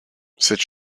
cette